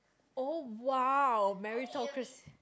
oh !wow! meritocracy